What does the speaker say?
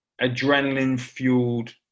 adrenaline-fueled